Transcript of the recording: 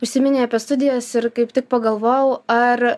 užsiminei apie studijas ir kaip tik pagalvojau ar